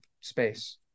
space